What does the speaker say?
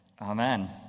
Amen